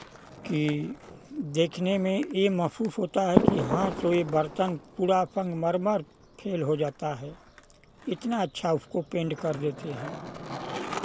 कि देखने में ये महसूस होता है कि हाँ सो बर्तन पूरा संगमरमर फेल हो जाता है इतना अच्छा उसको पेंट कर देते हैं